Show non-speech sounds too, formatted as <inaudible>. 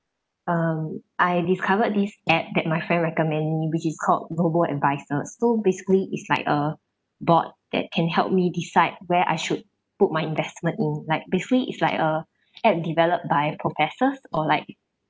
um I discovered this app that my friend recommend me which is called robo adviser so basically it's like a bot that can help me decide where I should put my investment in like basically it's like a <breath> app developed by professors or like